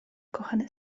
kochany